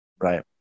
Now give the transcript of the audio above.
Right